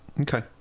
Okay